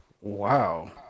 Wow